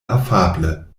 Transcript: afable